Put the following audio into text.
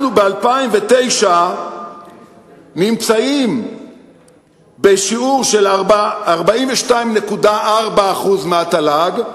אנחנו ב-2009 נמצאים בשיעור של 42.4% מהתל"ג,